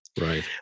Right